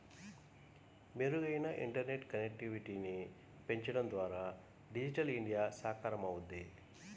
మెరుగైన ఇంటర్నెట్ కనెక్టివిటీని పెంచడం ద్వారా డిజిటల్ ఇండియా సాకారమవుద్ది